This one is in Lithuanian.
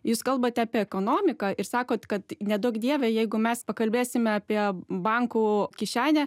jūs kalbate apie ekonomiką ir sakot kad neduok dieve jeigu mes pakalbėsime apie bankų kišenę